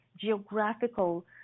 geographical